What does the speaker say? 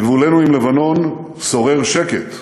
בגבולנו עם לבנון שורר שקט,